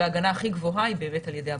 והגנה הכי גבוהה היא באמת על ידי הבוסטר.